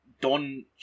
Don